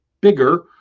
bigger